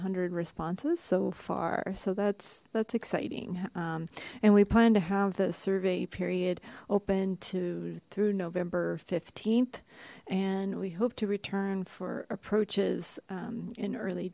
hundred responses so far so that's that's exciting and we plan to have the survey period open to through november th and we hope to return for approaches um in early